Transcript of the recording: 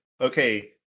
okay